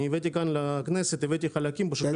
אני הבאתי כאן לכנסת חלקים, פשוט לא הכניסו אותם.